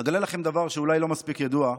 אגלה לכם דבר שאולי לא מספיק ידוע: